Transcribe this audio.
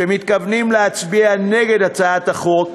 שמתכוונים להצביע נגד הצעת החוק,